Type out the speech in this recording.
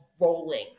Rolling